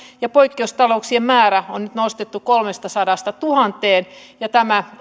ja poikkeustalouksien määrä on nyt nostettu kolmestasadasta tuhanteen ja tämä